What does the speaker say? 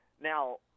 Now